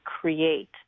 create